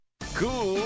Cool